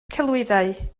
celwyddau